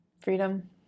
freedom